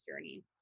journey